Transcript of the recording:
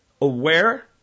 aware